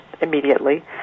immediately